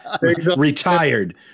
Retired